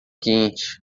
quente